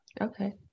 Okay